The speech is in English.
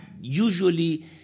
usually